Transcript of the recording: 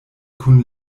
kun